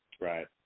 Right